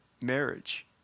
marriage